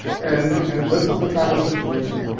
and and this is the kind of situation